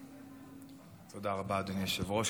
תודה רבה, אדוני היושב-ראש.